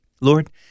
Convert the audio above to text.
Lord